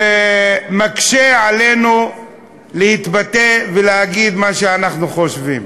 ומקשה עלינו להתבטא ולהגיד מה שאנחנו חושבים.